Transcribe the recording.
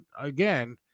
again